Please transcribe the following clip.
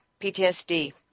PTSD